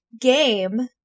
game